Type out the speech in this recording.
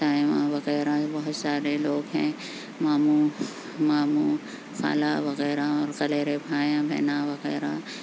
تائیواں وغیرہ بہت سارے لوگ ہیں ماموں ماموں خالا وغیرہ اور خلیرے بھائیاں بہناں وغیرہ